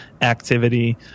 activity